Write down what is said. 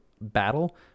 battle